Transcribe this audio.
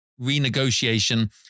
renegotiation